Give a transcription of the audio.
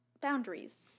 boundaries